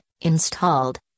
installed